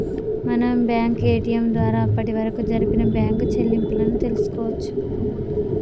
మనం bank ATM ద్వారా అప్పటివరకు జరిపిన బ్యేంకు చెల్లింపులను తెల్సుకోవచ్చు